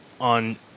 on